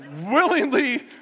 willingly